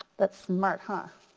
that's smart huh?